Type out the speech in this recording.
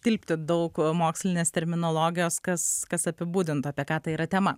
tilpti daug mokslinės terminologijos kas kas apibūdintų apie ką tai yra tema